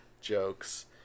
jokes